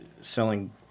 selling